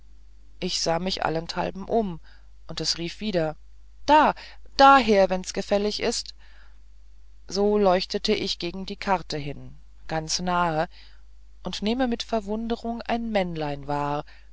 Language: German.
ich sah mich allenthalben um und es rief wieder da daher wenn's gefällig ist so leuchte ich gegen die karte hin ganz nahe und nehme mit verwunderung ein männlein wahr